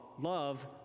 love